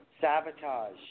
sabotage